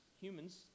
humans